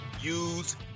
use